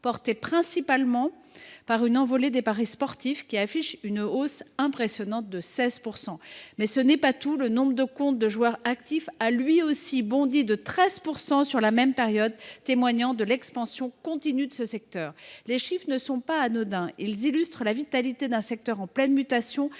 porté principalement par une envolée des paris sportifs, qui affichent une hausse impressionnante de 16 %. Mais ce n’est pas tout : le nombre de comptes de joueurs actifs a, lui aussi, bondi de 13 % sur la même période, témoignant de l’expansion continue de ce secteur. Les chiffres ne sont pas anodins : ils illustrent la vitalité d’un secteur en pleine mutation,